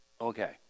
Okay